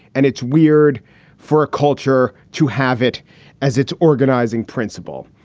and it's weird for a culture to have it as its organizing principle.